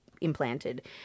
implanted